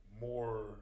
more